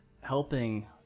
helping